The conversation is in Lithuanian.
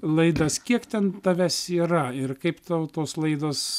laidas kiek ten tavęs yra ir kaip tau tos laidos